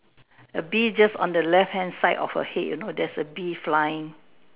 A bee just on the left hand side of her head you know there's a bee flying